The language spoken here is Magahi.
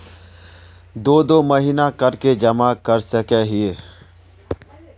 दो दो महीना कर के जमा कर सके हिये?